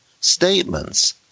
statements